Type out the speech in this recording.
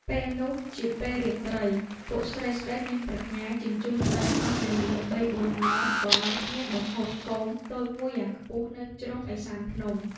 ពេលនោះជាពេលរាត្រី ពួកស្រីៗមានប្រាជ្ញាជញ្ជូនដីអស់វេលាបីបួនម៉ោង ក៏នាំគ្នាបង្ហូតគោមតូចមួយយ៉ាងខ្ពស់ នៅជ្រុងឥសានភ្នំ។